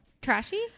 Trashy